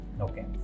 Okay